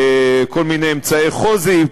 כל מיני אמצעי חוזי.